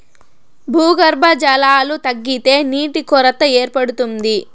భూగర్భ జలాలు తగ్గితే నీటి కొరత ఏర్పడుతుంది